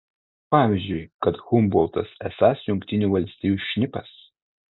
pavyzdžiui kad humboltas esąs jungtinių valstijų šnipas